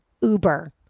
Uber